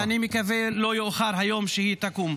-- ואני מקווה שלא יאוחר היום שבו היא תקום.